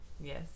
Yes